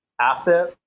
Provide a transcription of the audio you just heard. asset